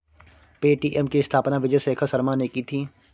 Paytm की स्थापना विजय शेखर शर्मा ने की थी